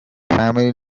family